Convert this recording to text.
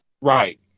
Right